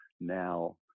now